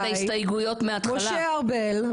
משה ארבל,